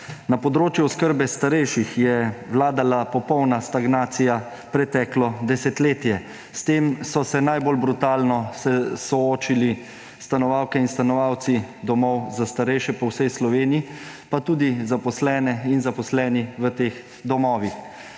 Na področju oskrbe starejših je vladala popolna stagnacija preteklo desetletje. S tem so se najbolj brutalno soočili stanovalke in stanovalci domov za starejše po vsej Sloveniji, pa tudi zaposlene in zaposleni v teh domovih.